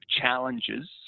challenges